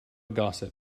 gossip